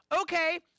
okay